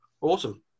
Awesome